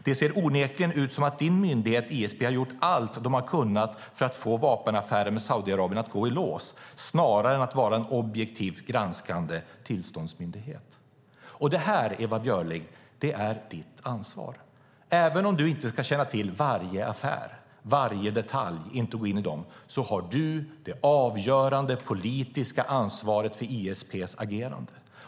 Det ser onekligen ut som att din myndighet ISP har gjort allt man kunnat för att få vapenaffären med Saudiarabien att gå i lås snarare än att vara en objektivt granskande tillståndsmyndighet. Det här, Ewa Björling, är ditt ansvar. Även om du inte ska känna till varje affär och varje detalj har du det avgörande politiska ansvaret för ISP:s agerande.